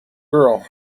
girl